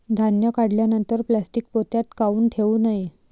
धान्य काढल्यानंतर प्लॅस्टीक पोत्यात काऊन ठेवू नये?